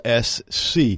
SC